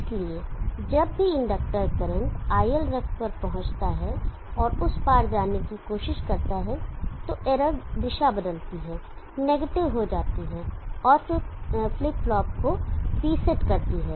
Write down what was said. इसलिए जब भी इंडक्टर करंट iLref पर पहुंचता है और उस पार जाने की कोशिश करता है तो इरर दिशा बदलती है नेगेटिव हो जाती है और फिर फ्लिप फ्लॉप को रीसेट करती है